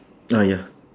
ah ya